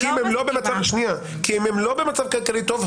כי אם הם לא במצב כלכלי טוב,